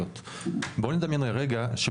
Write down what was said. רכב